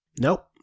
Nope